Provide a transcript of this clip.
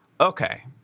Okay